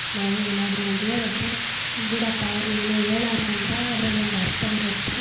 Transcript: ನಾವು ಏನಾದರು ಒಂದು ಹೇಳಿದರೆ ಬುಡಪ್ಪ ಅವ್ರು ಏನೋ ಹೇಳಾರೆ ಅಂದ್ರೆ ಅದ್ರಲ್ಲಿ ಒಂದು ಅರ್ಥ ಇರುತ್ತೆ